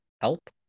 Help